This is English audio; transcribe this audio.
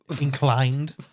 inclined